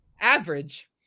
average